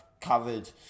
covered